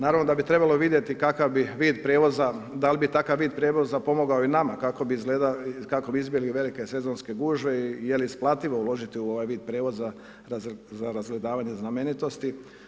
Naravno da bi trebalo vidjeti kakav bi vid prijevoza, da li bi takav vid prijevoza pomogao i nama kako bi izbjegli velike sezonske gužve i je li isplativo uložiti u ovaj vid prijevoza za razgledavanje znamenitosti.